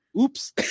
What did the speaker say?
oops